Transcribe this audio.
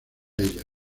ella